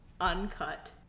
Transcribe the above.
uncut